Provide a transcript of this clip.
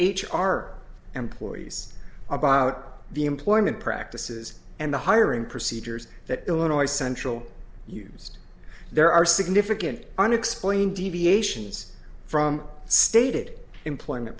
h r employees about the employment practices and the hiring procedures that illinois central used there are significant unexplained deviations from stated employment